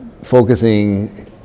Focusing